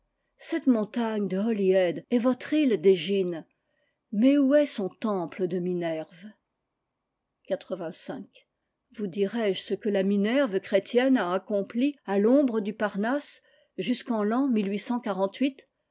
cette montagne de holy head est votre île d'egine mais où est son temple de minerve vous dirai-je ce que la minerve chrétienne a accompli à l'ombre du parnassejusqu'en l'an